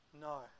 No